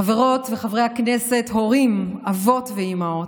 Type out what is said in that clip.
חברות וחברי הכנסת, הורים, אבות ואימהות,